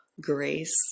grace